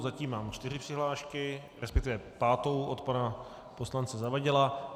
Zatím mám čtyři přihlášky, resp. pátou od pana poslance Zavadila.